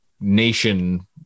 Nation